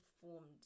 formed